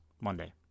Monday